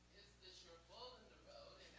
this your bull in the road?